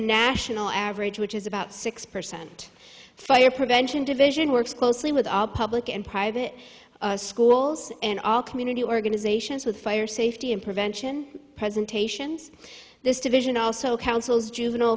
national average which is about six percent fire prevention division works closely with all public and private schools and all community organizations with fire safety and prevention presentations this division also counsels juvenile